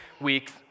weeks